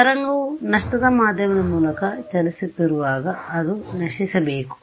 ತರಂಗವು ನಷ್ಟದ ಮಾಧ್ಯಮದ ಮೂಲಕ ಚಲಿಸುತ್ತಿರುವಾಗ ಅದು ನಶಿಸಬೇಕು